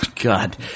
God